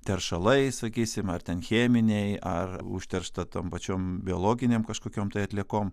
teršalai sakysim ar ten cheminiai ar užteršta tom pačiom biologinėm kažkokiom tai atliekom